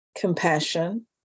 compassion